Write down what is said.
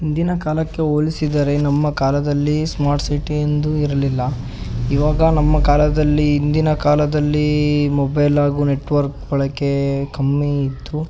ಹಿಂದಿನ ಕಾಲಕ್ಕೆ ಹೋಲಿಸಿದರೆ ನಮ್ಮ ಕಾಲದಲ್ಲಿ ಸ್ಮಾರ್ಟ್ ಸಿಟಿ ಎಂದು ಇರಲಿಲ್ಲ ಇವಾಗ ನಮ್ಮ ಕಾಲದಲ್ಲಿ ಹಿಂದಿನ ಕಾಲದಲ್ಲಿ ಮೊಬೈಲ್ ಹಾಗು ನೆಟ್ವರ್ಕ್ ಬಳಕೆ ಕಮ್ಮಿಇತ್ತು